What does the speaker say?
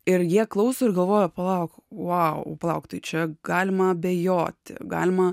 ir jie klauso ir galvoja palauk vau plauk tai čia galima abejoti galima